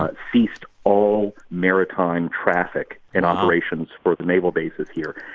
but ceased all maritime traffic and operations for the naval bases here.